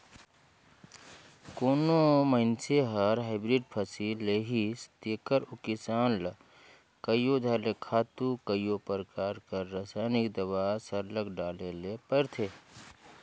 कोनो मइनसे हर हाईब्रिड फसिल लेहिस तेकर ओ किसान ल कइयो धाएर ले खातू कइयो परकार कर रसइनिक दावा सरलग डाले ले परथे